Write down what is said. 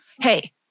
hey